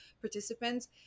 participants